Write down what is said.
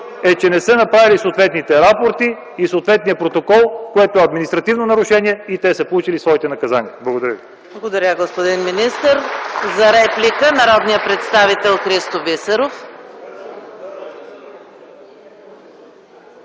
е, че не са направили съответните рапорти и съответния протокол, което е административно нарушение и те са получили своите наказания. Благодаря ви.